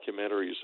documentaries